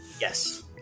yes